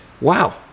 wow